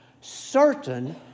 certain